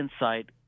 insight